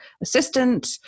assistant